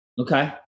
Okay